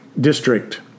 district